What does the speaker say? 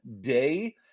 day